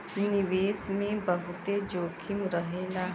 निवेश मे बहुते जोखिम रहेला